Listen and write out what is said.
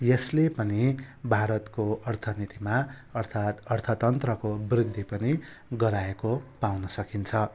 यसले पनि भारतको अर्थनीतिमा अर्थात् अर्थतन्त्रको वृद्धि पनि गराएको पाउनसकिन्छ